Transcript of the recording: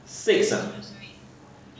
six ah